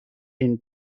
این